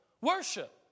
worship